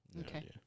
Okay